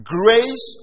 grace